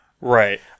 Right